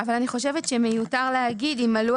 אבל אני חושבת שמיותר להגיד 'אם מלאו